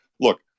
look